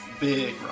Big